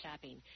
shopping